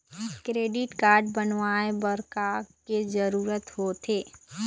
Credit card बनवाए बर का के जरूरत होते?